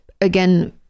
again